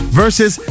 versus